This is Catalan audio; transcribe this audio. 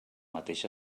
mateix